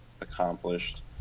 accomplished